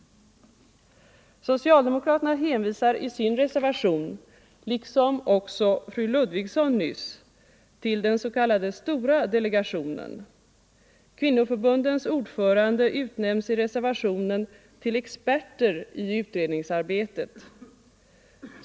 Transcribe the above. Socialdemokraterna hänvisar i sin reservation, liksom också fru Ludvigsson nyss, till den s.k. stora delegationen. Kvinnoförbundens ordförande utnämns i reservationen till experter i utredningsarbetet.